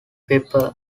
pepper